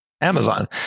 Amazon